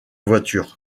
voiture